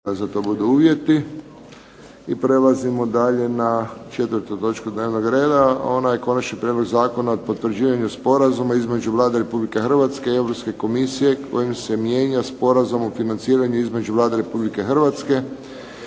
Josip (HSS)** Prelazimo dalje na 4. točku dnevnog reda, a ona je - Konačni prijedlog zakona o potvrđivanju Sporazuma između Vlade Republike Hrvatske i Europske komisije kojim se mijenja Sporazum o financiranju između Vlade Republike Hrvatske